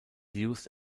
used